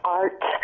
art